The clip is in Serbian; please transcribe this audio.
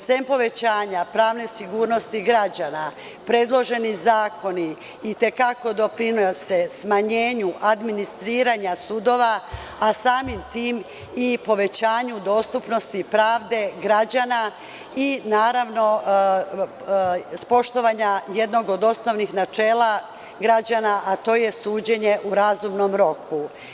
Sem povećanja pravne sigurnosti građana predloženi zakoni i te kako doprinose smanjenju administriranja sudova, a samim tim i povećanju dostupnosti pravde građana i naravno poštovanja jednog od osnovnih načela građana, a to je suđenje u razumnom roku.